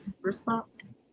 response